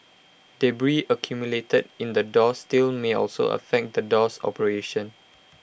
debris accumulated in the door sill may also affect the door's operation